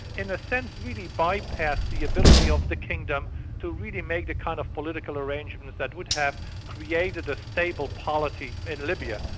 in a sense really bypassed the ability of the kingdom to really make a kind of political arrangement that would have created a stable polity in libya.